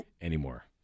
anymore